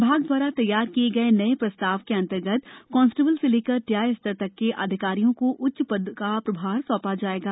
विभाग दवारा तैयार किये गये नये प्रस्ताव के अंतर्गत कांस्टेबल से लेकर टीआई स्तर तक के अधिकारियों को उच्च पद का प्रभार सौंपा जायेगा